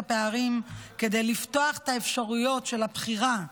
הפערים כדי לפתוח את האפשרויות של הבחירה,